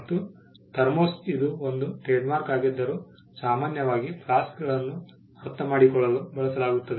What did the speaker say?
ಮತ್ತು ಥರ್ಮೋಸ್ ಇದು ಒಂದು ಟ್ರೇಡ್ಮಾರ್ಕ್ ಆಗಿದ್ದರೂ ಸಾಮಾನ್ಯವಾಗಿ ಫ್ಲಾಸ್ಕ್ಗಳನ್ನು ಅರ್ಥಮಾಡಿಕೊಳ್ಳಲು ಬಳಸಲಾಗುತ್ತದೆ